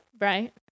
Right